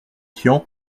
tian